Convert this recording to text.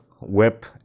web